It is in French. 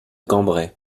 cambrai